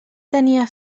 tenia